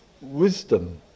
wisdom